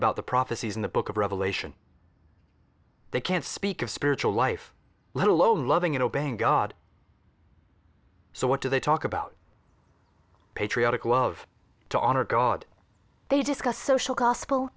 about the prophecies in the book of revelation they can't speak of spiritual life let alone loving in obeying god so what do they talk about patriotic love to honor god they discuss social gospel